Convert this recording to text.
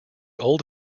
old